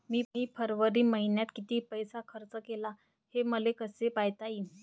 मी फरवरी मईन्यात कितीक पैसा खर्च केला, हे मले कसे पायता येईल?